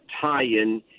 tie-in